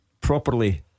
Properly